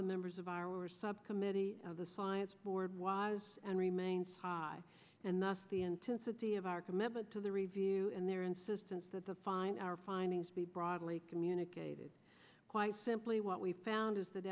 the members of our subcommittee of the science board why and remains high and that's the intensity of our commitment to the review and their insistence that the fine our findings be broadly communicated quite simply what we've found is that